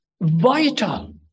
vital